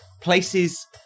places